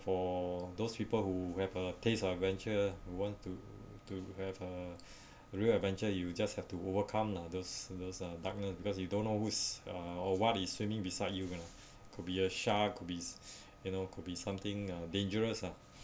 for those people who have a taste of adventure who want to to have a real adventure you just have to overcome lah those those uh darkness because you don't know who's uh what is swimming beside you lah could be be a shark could be you know could be something uh dangerous lah